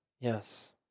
Yes